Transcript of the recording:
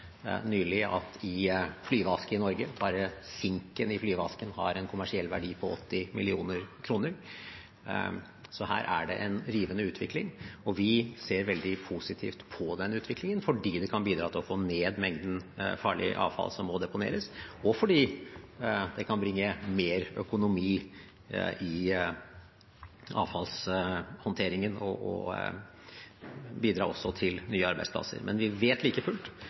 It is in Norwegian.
at bare sinken i flyveasken har en kommersiell verdi på 80 mill. kr. Så her er det en rivende utvikling. Vi ser veldig positivt på denne utviklingen, fordi det kan bidra til å få ned mengden farlig avfall som må deponeres, og fordi det kan bringe mer økonomi i avfallshåndteringen og bidra til nye arbeidsplasser. Vi vet like fullt